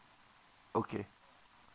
okay